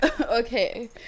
Okay